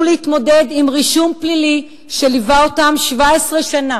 להתמודד עם רישום פלילי שליווה אותם 17 שנה,